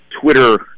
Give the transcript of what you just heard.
Twitter